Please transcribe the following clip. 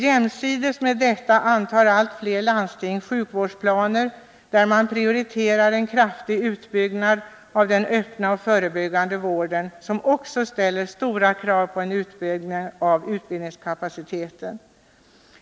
Jämsides med detta antar nu allt fler landsting sjukvårdsplaner där man prioriterar en kraftig utbyggnad av den öppna och förebyggande vården, vilket också ställer stora krav på en utökning av utbildningskapaciteten.